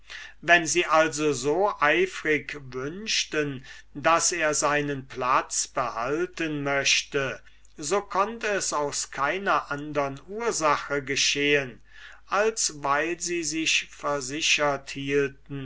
wenn sie also so eifrig wünschten daß er seinen platz behalten möchte so konnt es aus keiner andern ursache geschehen als weil sie sich versichert